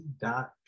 dot